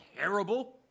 terrible